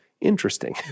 interesting